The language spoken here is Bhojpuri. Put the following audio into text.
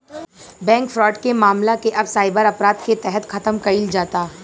बैंक फ्रॉड के मामला के अब साइबर अपराध के तहत खतम कईल जाता